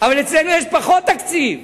אבל אצלנו יש פחות תקציב.